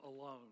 alone